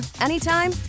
anytime